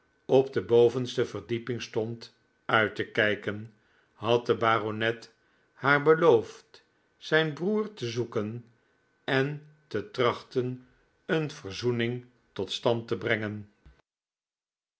op de bovenste verdieping stond uit te kijken had de baronet haar beloofd zijn broer te zoeken en te trachten een verzoening tot stand te brengen